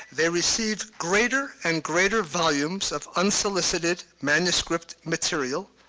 they receive greater and greater volumes of unsolicited manuscript material,